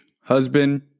husband